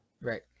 Right